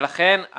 ולכן,